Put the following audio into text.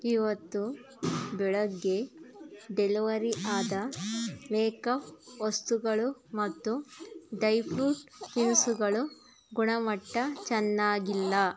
ಇವತ್ತು ಬೆಳಗ್ಗೆ ಡೆಲಿವರಿ ಆದ ಮೇಕಪ್ ವಸ್ತುಗಳು ಮತ್ತು ಡೈ ಫ್ರೂಟ್ ತಿನಿಸುಗಳು ಗುಣಮಟ್ಟ ಚೆನ್ನಾಗಿಲ್ಲ